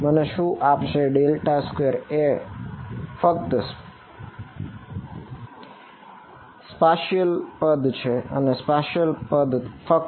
મને શું આપશે 2 એ ફક્ત સ્પાશિયલ પદ ફક્ત